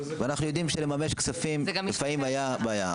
ואנחנו יודעים שלפעמים הייתה בעיה במימוש כספים.